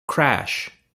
crash